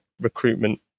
recruitment